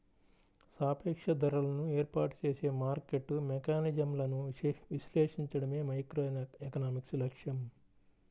సాపేక్ష ధరలను ఏర్పాటు చేసే మార్కెట్ మెకానిజమ్లను విశ్లేషించడమే మైక్రోఎకనామిక్స్ లక్ష్యం